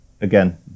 again